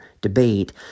debate